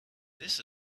this